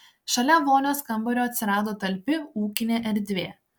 šalia vonios kambario atsirado talpi ūkinė erdvė